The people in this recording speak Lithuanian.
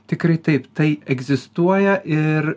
tikrai taip tai egzistuoja ir